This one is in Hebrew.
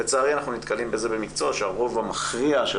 לצערי אנחנו נתקלים בזה במקצוע שהרוב המכריע של